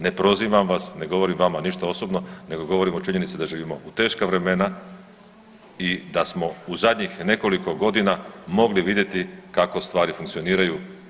Ne prozivam vas, ne govorim vama ništa osobno, nego govorim o činjenici da živimo u teška vremena i da smo u zadnjih nekoliko godina mogli vidjeti kako stvari funkcioniraju.